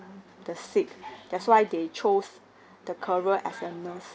the sick that's why they chose the career as a nurse